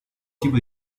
tipo